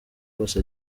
kose